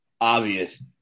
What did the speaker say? obvious –